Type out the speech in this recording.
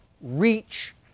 reach